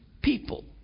people